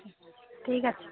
ঠিক আছে